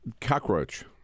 cockroach